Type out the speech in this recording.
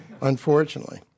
unfortunately